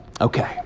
Okay